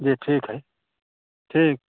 जी ठीक हइ ठीक